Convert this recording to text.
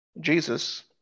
Jesus